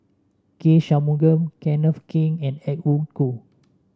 K Shanmugam Kenneth Keng and Edwin Koo